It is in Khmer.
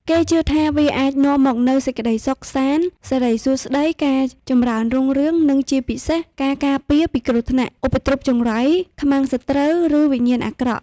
គេជឿថាវាអាចនាំមកនូវសេចក្តីសុខសាន្ត សិរីសួស្តី ការចម្រើនរុងរឿង និងជាពិសេស ការការពារ ពីគ្រោះថ្នាក់ ឧបទ្រពចង្រៃ ខ្មាំងសត្រូវ ឬវិញ្ញាណអាក្រក់